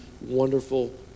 wonderful